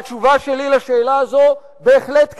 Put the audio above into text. התשובה שלי לשאלה הזאת: בהחלט כן.